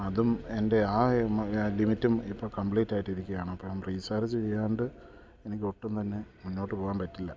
അതും എൻ്റെ ആ ലിമിറ്റും ഇപ്പോൾ കംപ്ലീറ്റ് ആയിട്ടിരിക്കുകയാണ് അപ്പം റീചാർജ് ചെയ്യാണ്ട് എനിക്ക് ഒട്ടും തന്നെ മുന്നോട്ടു പോകാൻ പറ്റില്ല